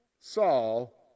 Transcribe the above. saul